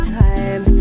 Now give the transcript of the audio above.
time